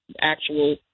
actual